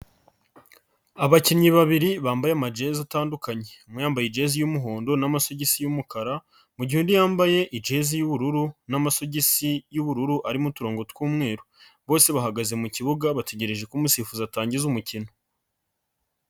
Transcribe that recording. Abakinnyi babiri bambaye amajezi atandukanye, umwe yambaye ijezi y'umuhondo n'amasogisi y'umukara, mugihe undi yambaye ijezi y'ubururu n'amasogisi y'ubururu arimo uturongo tw'umweru, bose bahagaze mu kibuga bategereje ko umusifuzi atangiza umukino.